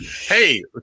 hey